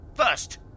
First